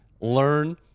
learn